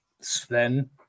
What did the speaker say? Sven